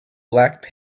black